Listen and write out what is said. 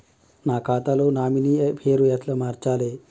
నా ఖాతా లో నామినీ పేరు ఎట్ల మార్చాలే?